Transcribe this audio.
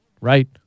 Right